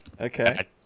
Okay